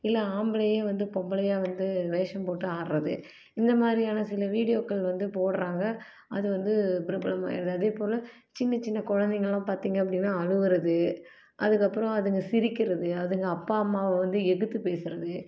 இல்லை ஆம்பளையே வந்து பொம்பளையாக வந்து வேஷம் போட்டு ஆடுறது இந்த மாதிரியான சில வீடியோக்கள் வந்து போடுறாங்க அது வந்து பிரபலம் ஆயிடுது அதே போல் சின்ன சின்ன குழந்தைங்கெல்லாம் பார்த்திங்க அப்படின்னா அழுவுறது அதுக்கப்புறம் அதுங்க சிரிக்கிறது அதுங்க அப்பா அம்மாவை வந்து எதுத்து பேசுறது